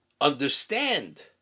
understand